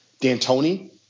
D'Antoni